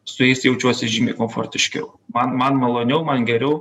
su jais jaučiuosi žymiai komfortiškiau man man maloniau man geriau